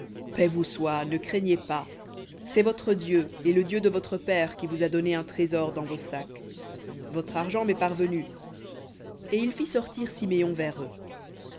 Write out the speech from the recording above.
vous soit ne craignez pas c'est votre dieu et le dieu de votre père qui vous a donné un trésor dans vos sacs votre argent m'est parvenu et il fit sortir siméon vers eux